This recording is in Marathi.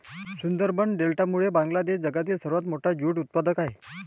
सुंदरबन डेल्टामुळे बांगलादेश जगातील सर्वात मोठा ज्यूट उत्पादक आहे